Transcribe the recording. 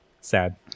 Sad